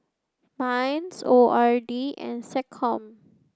MINDS O R D and SecCom